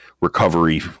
recovery